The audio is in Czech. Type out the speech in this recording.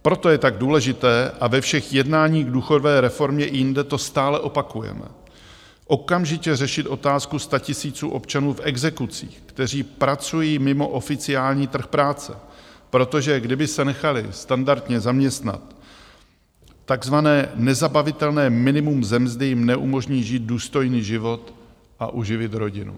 Proto je tak důležité a ve všech jednáních k důchodové reformě i jinde to stále opakujeme okamžitě řešit otázku statisíců občanů v exekucích, kteří pracují mimo oficiální trh práce, protože kdyby se nechali standardně zaměstnat, tak takzvané nezabavitelné minimum ze mzdy jim neumožní žít důstojný život a uživit rodinu.